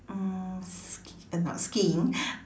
um s~ not skiing